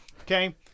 okay